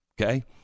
Okay